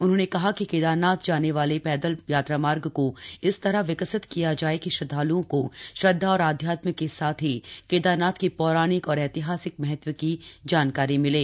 उन्होंने कहा कि केदारनाथ जाने वाले पैदल यात्रामार्ग को इस तरह विकसित किया जाय कि श्रद्वाल्ओं को श्रद्वा और आध्यात्म के साथ ही केदारनाथ की पौराणिक और ऐतिहासिक महत्व की जानकारी मिले